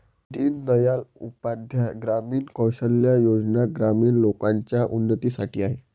दीन दयाल उपाध्याय ग्रामीण कौशल्या योजना ग्रामीण लोकांच्या उन्नतीसाठी आहेत